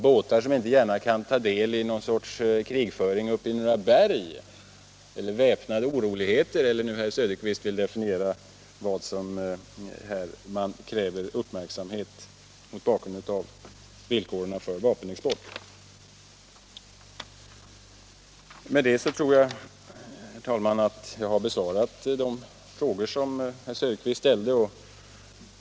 Båtar kan ju gärna inte ta del i någon sorts krigföring uppe i några berg eller i väpnade oroligheter eller hur herr Söderqvist vill definiera vad det är som man kräver att uppmärksamheten skall riktas på mot bakgrund av villkoren för vapenexporten. Med detta tror jag, herr talman, att jag har besvarat de frågor som herr Söderqvist ställde.